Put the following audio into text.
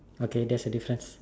okay that's the difference